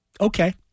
Okay